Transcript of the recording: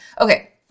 Okay